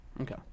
Okay